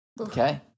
Okay